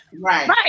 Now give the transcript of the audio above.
Right